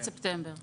עד ספטמבר.